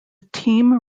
team